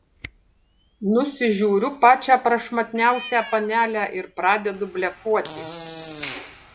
nusižiūriu pačią prašmatniausią panelę ir pradedu blefuoti